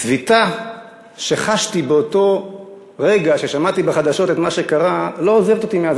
הצביטה שחשתי באותו רגע ששמעתי בחדשות את מה שקרה לא עוזבת אותי מאז,